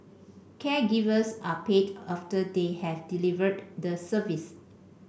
caregivers are paid after they have delivered the service